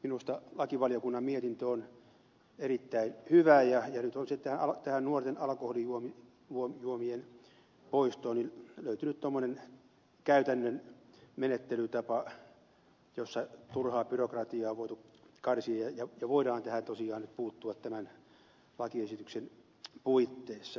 minusta lakivaliokunnan mietintö on erittäin hyvä ja nyt on sitten tähän nuorten alkoholijuomien poistoon löytynyt tuommoinen käytännön menettelytapa jossa turhaa byrokratiaa on voitu karsia ja voidaan tähän tosiaan nyt puuttua tämän lakiesityksen puitteissa